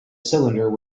cylinder